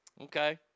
Okay